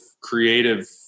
creative